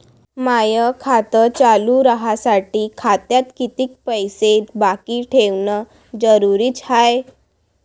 माय खातं चालू राहासाठी खात्यात कितीक पैसे बाकी ठेवणं जरुरीच हाय?